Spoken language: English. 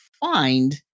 find